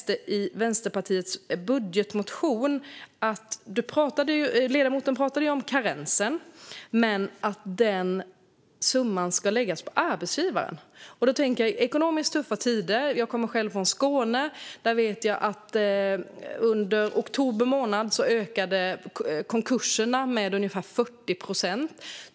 Men i Vänsterpartiets budgetmotion lade jag märke till att den summan ska läggas på arbetsgivaren. Det är ekonomiskt tuffa tider. Jag kommer själv från Skåne. Under oktober månad vet jag att konkurserna där ökade med ungefär 40 procent.